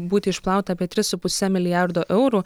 būti išplauta apie tris su puse milijardo eurų